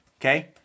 Okay